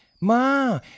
Ma